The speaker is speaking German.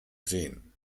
sehen